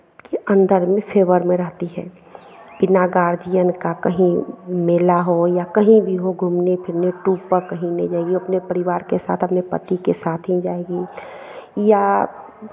के अंदर में फेवर में रहती है बिना गार्जियन का कहीं मेला हो या कहीं भी हो घूमने फिरने टूर पर कहीं नहीं जाएगी अपने परिवार के साथ अपने पति के साथ ही जाएगी या